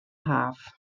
haf